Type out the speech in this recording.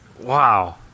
Wow